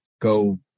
go